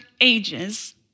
ages